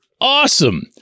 Awesome